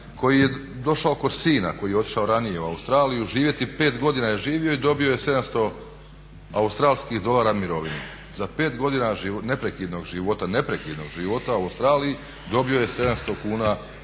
koji je došao kod sina, koji je otišao ranije u Australiju živjeti, 5 godina je živio i dobio je 700 australskih dolara mirovinu, za 5 godina neprekidnog života, neprekidnog života u Australiji dobio je 700 australskih